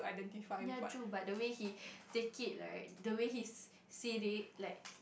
yea true but the way he take it right the way he see they like